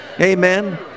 Amen